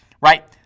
right